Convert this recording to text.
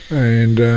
and